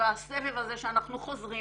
בסבב הזה שאנחנו חוזרים